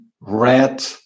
red